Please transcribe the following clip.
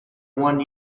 one